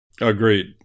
Agreed